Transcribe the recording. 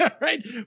Right